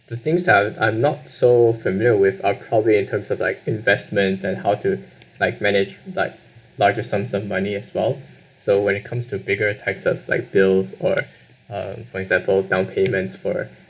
the things I'm I'm not so familiar with are cover in terms of like investments and how to like manage like larger sums of money as well so when it comes to bigger taxes like bills or um for example down payments for